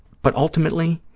but ultimately,